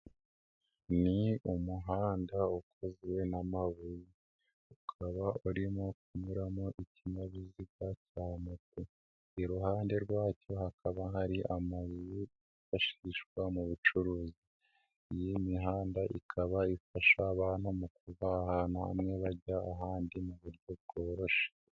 Ni umuhanda ukozwe n'amabuye ukaba urimo kunyuramo ikinyabiziga cya moto, iruhande rwacyo hakaba hari amazu yifashishwa mu bucuruzi, iyi mihanda ikaba ifasha abantu mu kuva ahantu hamwe bajya ahandi mu buryo bworoshye.